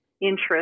interest